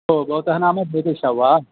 ओ भवतः नाम बुदुश वा